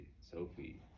Sophie